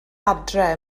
adre